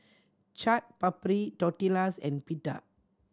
Chaat Papri Tortillas and Pita